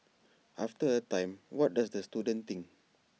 after A time what does the student think